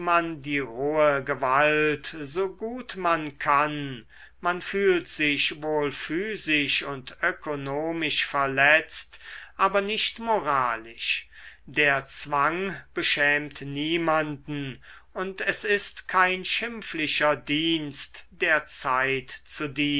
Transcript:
die rohe gewalt so gut man kann man fühlt sich wohl physisch und ökonomisch verletzt aber nicht moralisch der zwang beschämt niemanden und es ist kein schimpflicher dienst der zeit